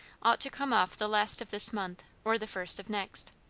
ought to come off the last of this month or the first of next.